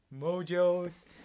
mojos